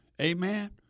Amen